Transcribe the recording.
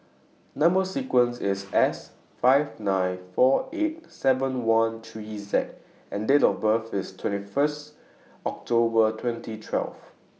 Number sequence IS S five nine four eight seven one three Z and Date of birth IS twenty First October twenty twelve